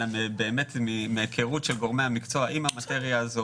אלא באמת מהיכרות של גורמי המקצוע את המטריה הזאת